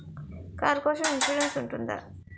Car కోసం insurance ఉంటుందా?